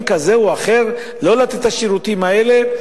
כזה או אחר ולא לתת את השירותים האלה,